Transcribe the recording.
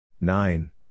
Nine